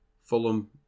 Fulham